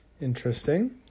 Interesting